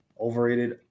overrated